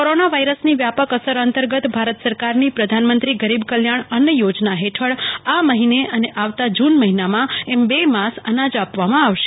કોરોન વ ઈરસની વ્ય પક અસર અંતર્ગત ભ રત સરક રની પ્રધ નમંત્રી ગરીબ કલ્ય ણ અન્ન યોજન હેઠળ આમફીને અને આવત જૂન મહિન મં એમ બે મ સ અન જ આપવ મં આવશે